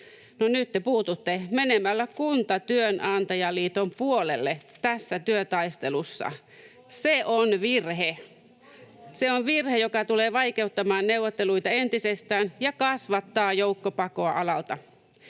nyt te puututte menemällä Kuntatyönantajien puolelle tässä työtaistelussa. Se on virhe. Se on virhe, joka tulee vaikeuttamaan neuvotteluita entisestään ja kasvattaa joukkopakoa alalta.